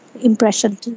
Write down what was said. impression